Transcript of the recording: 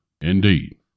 Indeed